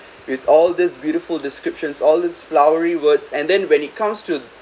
with all this beautiful descriptions all this flowery words and then when it comes to